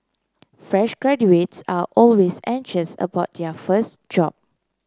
fresh graduates are always anxious about their first job